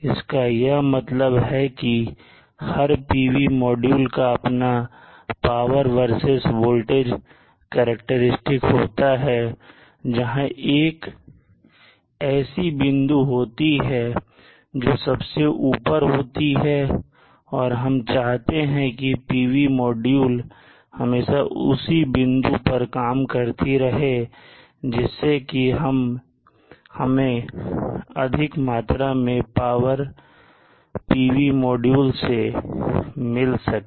इसका यह मतलब है कि हर PV मॉड्यूल का अपना पावर वर्सेस वोल्टेज करैक्टेरिस्टिक्स होता है जहां एक ऐसी बिंदु होती है जो सबसे ऊपर होती है और हम चाहते हैं कि PV मॉड्यूल हमेशा उसी बिंदु पर काम करती रहे जिससे कि हमें अधिक मात्रा में पावर PV मॉड्यूल से मिल सके